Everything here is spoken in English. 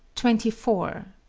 twenty four.